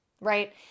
right